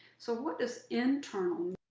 so what is internal